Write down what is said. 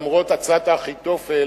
למרות עצת אחיתופל